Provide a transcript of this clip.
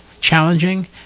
challenging